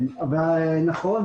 נכון.